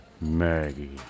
Maggie